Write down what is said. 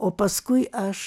o paskui aš